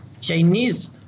Chinese